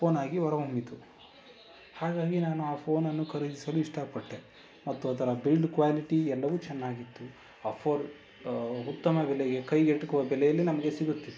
phone ಆಗಿ ಹೊರ ಹೊಮ್ಮಿತು ಹಾಗಾಗಿ ನಾನು ಆ ಫೋನನ್ನು ಖರೀದಿಸಲು ಇಷ್ಟಪಟ್ಟೆ ಮತ್ತು ಅದರ ಬಿಲ್ಡ್ ಕ್ವಾಲಿಟಿ ಎಲ್ಲವೂ ಚೆನ್ನಾಗಿತ್ತು ಆ ಫೋನ್ ಉತ್ತಮ ಬೆಲೆಗೆ ಕೈಗೆಟಕುವ ಬೆಲೆಯಲ್ಲಿ ನಮಗೆ ಸಿಗುತ್ತಿತ್ತು